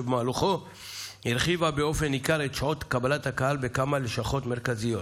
שבמהלכו הרחיבה באופן ניכר את שעות קבלת הקהל בכמה לשכות מרכזיות.